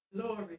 Glory